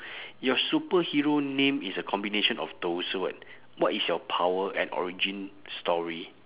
your superhero name is a combination of those word what is your power and origin story